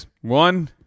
one